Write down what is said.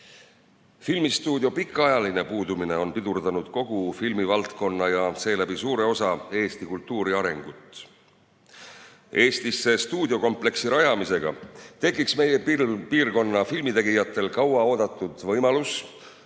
sellele. Filmistuudio pikaajaline puudumine on pidurdanud kogu filmivaldkonna ja seeläbi suure osa Eesti kultuuri arengut. Eestisse stuudiokompleksi rajamisega tekiks meie piirkonna filmitegijatel kauaoodatud võimalus